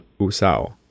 Usao